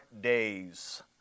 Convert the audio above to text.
days